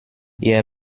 ihr